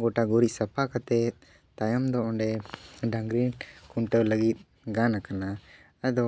ᱜᱚᱴᱟ ᱜᱩᱨᱤᱡ ᱥᱟᱯᱷᱟ ᱠᱟᱛᱮ ᱛᱟᱭᱚᱢ ᱫᱚ ᱚᱸᱰᱮ ᱰᱟᱝᱨᱤ ᱠᱷᱩᱱᱴᱟᱹᱣ ᱞᱟᱹᱜᱤᱫ ᱜᱟᱱ ᱠᱟᱱᱟ ᱟᱫᱚ